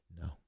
No